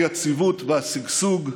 היציבות והשגשוג,